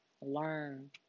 learn